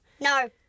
No